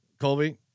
Colby